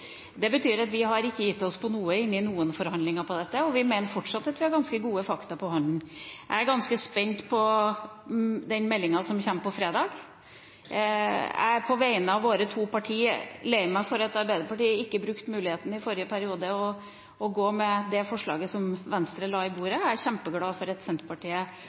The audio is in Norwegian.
Det betyr at vi ikke har gitt oss på noe i noen forhandlinger på dette, og vi mener fortsatt at vi har ganske gode fakta på hånda. Jeg er ganske spent på den meldinga som kommer på fredag. Jeg er på vegne av våre to partier lei meg for at Arbeiderpartiet ikke brukte muligheten i forrige periode til å gå med på det forslaget som Venstre la på bordet. Jeg er kjempeglad for at Senterpartiet